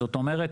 זאת אומרת,